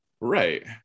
Right